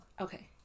Okay